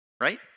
right